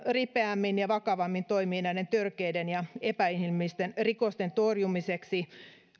ripeämmin ja vakavammin toimiin näiden törkeiden ja epäinhimillisten rikosten torjumiseksi